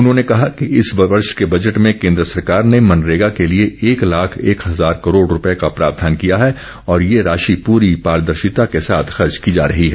उन्होंने कहा कि इस वर्ष के बजट में केन्द्र सरकार ने मनरेगा के लिए एक लाख एक हजार करोड़ रूपये का प्रावधान किया है और ये राशि पूरी पारदर्शिता के साथ खर्च की जा रही है